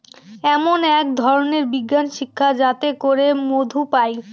এমন এক ধরনের বিজ্ঞান শিক্ষা যাতে করে মধু পায়